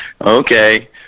Okay